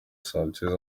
sanchez